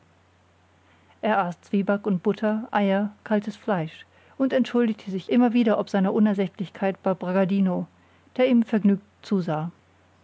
er aß zwieback und butter eier kaltes fleisch und entschuldigte sich immer wieder ob seiner unersättlichkeit bei bragadino der ihm vergnügt zusah